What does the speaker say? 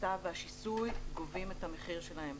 ההסתה והשיסוי גובים את המחיר שלהם.